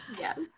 yes